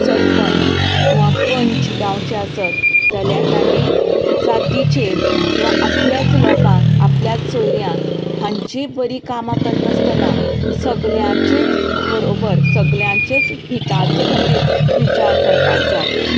सरपंच किंवां पंच गांवचे आसत जाल्या तांणी जातीचेर किंवां आपल्याच लोकांक आपल्याच सोयऱ्यांक हांचीं बरीं कामां कर नास्तना सगल्यांचीच बरोबर सगल्यांच्याच हिताचो खातीर विचार करपा जाय